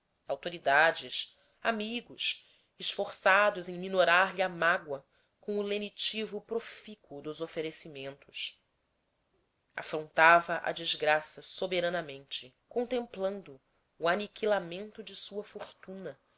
autoridades amigos esforçados em minorar lhe a mágoa com o lenitivo profícuo dos oferecimentos afrontava a desgraça soberanamente contemplando o aniquilamento de sua fortuna